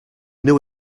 knew